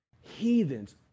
heathens